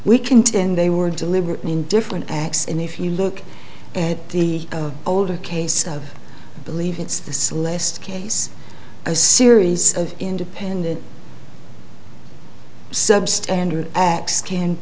contend they were deliberately in different acts and if you look at the older case of believe it's the celeste case a series of independent substandard acts can